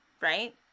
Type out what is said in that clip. right